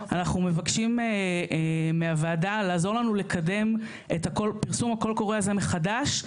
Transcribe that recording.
אנחנו מבקשים מהוועדה לעזור לנו לקדם את פרסום הקול קורא הזה מחדש.